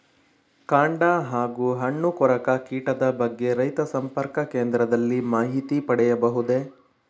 ಕಾಂಡ ಹಾಗೂ ಹಣ್ಣು ಕೊರಕ ಕೀಟದ ಬಗ್ಗೆ ರೈತ ಸಂಪರ್ಕ ಕೇಂದ್ರದಲ್ಲಿ ಮಾಹಿತಿ ಪಡೆಯಬಹುದೇ?